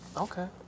Okay